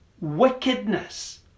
wickedness